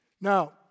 Now